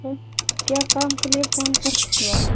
यह क्या काम के लिए फोन कर दिया आप